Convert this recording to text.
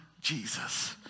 Jesus